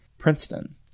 Princeton